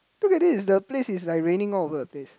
look at this the place is like raining all over the place